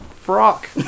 frock